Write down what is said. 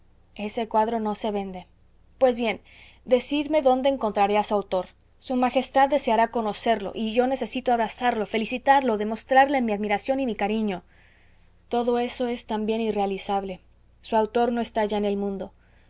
ese cuadro no se vende pues bien decidme dónde encontraré a su autor su majestad deseará conocerlo y yo necesito abrazarlo felicitarlo demostrarle mi admiración y mi cariño todo eso es también irrealizable su autor no está ya en el mundo